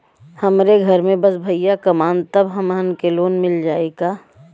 हमरे घर में बस भईया कमान तब हमहन के लोन मिल जाई का?